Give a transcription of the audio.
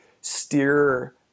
steer